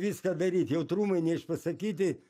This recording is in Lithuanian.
viską daryt jautrumai neišpasakyti